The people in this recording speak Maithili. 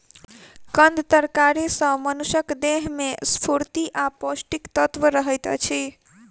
कंद तरकारी सॅ मनुषक देह में स्फूर्ति आ पौष्टिक तत्व रहैत अछि